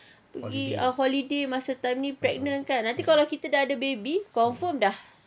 pergi holiday masa time ni pregnant kan abeh kalau kita dah ada baby confirm dah